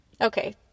Okay